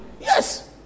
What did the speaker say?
Yes